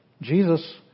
Jesus